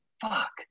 Fuck